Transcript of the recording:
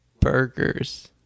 burgers